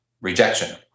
rejection